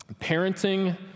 Parenting